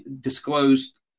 disclosed